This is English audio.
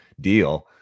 deal